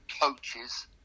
coaches